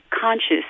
conscious